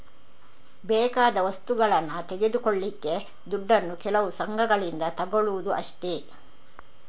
ಬೇಕಾದ ವಸ್ತುಗಳನ್ನ ತೆಗೆದುಕೊಳ್ಳಿಕ್ಕೆ ದುಡ್ಡನ್ನು ಕೆಲವು ಸಂಘಗಳಿಂದ ತಗೊಳ್ಳುದು ಅಷ್ಟೇ